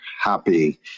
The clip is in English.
Happy